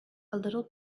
little